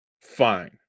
fine